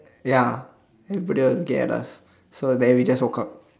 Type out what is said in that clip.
ya everybody was looking at us so then we just walk out